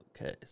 Okay